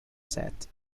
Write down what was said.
set